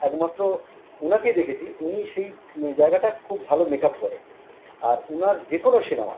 একমাত্র উনাকে দেখেছি উনি সেই জায়গাটা খুব ভালো মেক আপ করে আর উনার যে কোনো সিনেমা